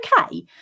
okay